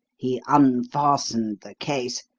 he unfastened the case,